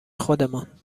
خودمان